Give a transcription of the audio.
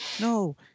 No